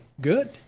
Good